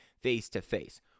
face-to-face